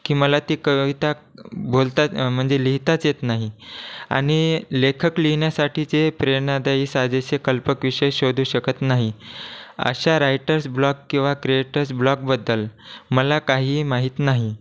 की मला ती कविता बोलताच म्हणजे लिहिताच येत नाही आणि लेखक लिहिण्यासाठीचे प्रेरणादायी साजेसे कल्पक विषय शोधू शकत नाही अशा रायटर्स ब्लॉग किंवा क्रिएटर्स ब्लॉगबद्दल मला काहीही माहीत नाही